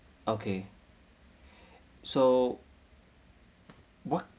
okay so what